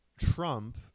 Trump